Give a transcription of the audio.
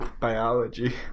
biology